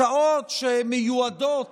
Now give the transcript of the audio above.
הצעות שמיועדות